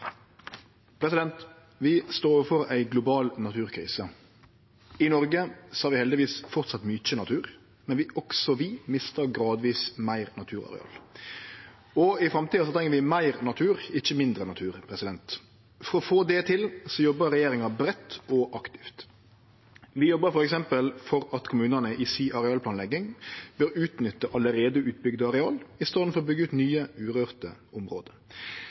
Vi står overfor ei global naturkrise. I Noreg har vi heldigvis framleis mykje natur, men også vi mistar gradvis meir naturareal. I framtida treng vi meir natur, ikkje mindre natur, og for å få det til jobbar regjeringa breitt og aktivt. Vi jobbar f.eks. for at kommunane i arealplanlegginga vel å utnytte allereie utbygde areal i staden for å byggje ut nye, urørte område.